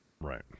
Right